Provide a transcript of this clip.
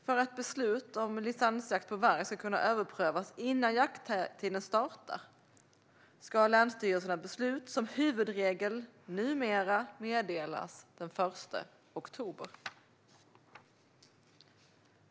För att beslut om licensjakt på varg ska kunna överprövas innan jakttiden startar ska länsstyrelsernas beslut som huvudregel numera meddelas senast den 1 oktober.